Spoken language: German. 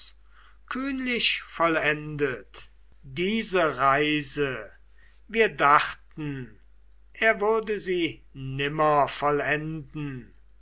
kühnlich vollendet diese reise wir dachten er würde sie nimmer vollenden